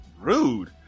rude